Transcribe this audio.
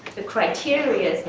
the criteria